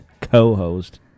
co-host